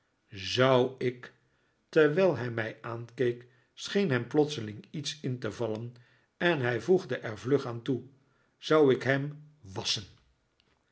zou ik terwijl hij mij aankeek scheen hem plotseling iets in te vallen en hij voegde er vlug aan toe zou ik hem wasschen